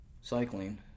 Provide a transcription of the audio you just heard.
cycling